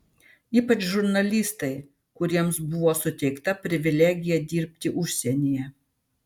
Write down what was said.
ypač žurnalistai kuriems buvo suteikta privilegija dirbti užsienyje